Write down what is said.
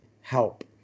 help